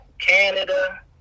Canada